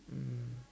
mm